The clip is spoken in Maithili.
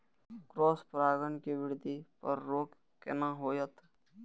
क्रॉस परागण के वृद्धि पर रोक केना होयत?